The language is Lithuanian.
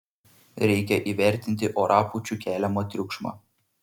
reikia įvertinti orapūčių keliamą triukšmą